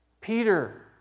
Peter